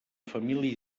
família